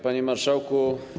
Panie Marszałku!